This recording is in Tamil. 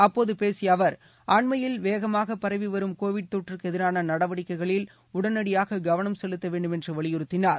அப்போது பேசிய அவர் அண்மையில் வேகமாக பரவி வரும் கோவிட் தொற்றுக்கு எதிரான நடவடிக்கைகளில் உடனடியாக கவனம் செலுத்த வேண்டும் என்று வலியுறுத்தினார்